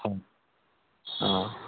হয় অঁ